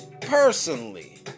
Personally